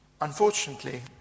Unfortunately